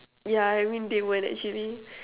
yeah I mean they won't actually